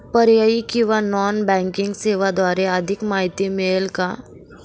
पर्यायी किंवा non banking सेवांबद्दल अधिक माहिती मिळेल का?